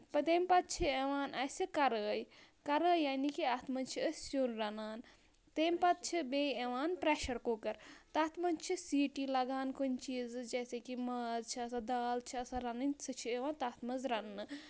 پَتہٕ تیٚمہِ پَتہٕ چھِ یِوان اَسہِ کَرٲے کَرٲے یعنی کہِ اَتھ منٛز چھِ أسۍ سیُن رَنان تیٚمہِ پَتہٕ چھِ بیٚیہِ یِوان پریشَر کُکَر تَتھ منٛز چھِ سیٖٹی لَگان کُنہِ چیٖزٕج جیسے کہِ ماز چھِ آسان دال چھِ آسان رَنٕنۍ سُہ چھِ یِوان تَتھ منٛز رَننہٕ